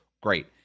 great